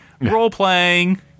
Role-playing